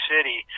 City